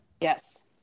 Yes